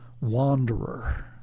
wanderer